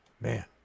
man